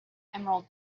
emerald